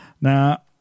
Now